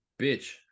bitch